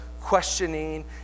questioning